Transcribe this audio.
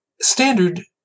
standard